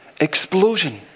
explosion